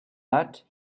but